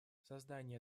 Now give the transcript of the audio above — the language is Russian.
создание